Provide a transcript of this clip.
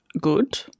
Good